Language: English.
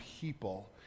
people